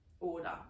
order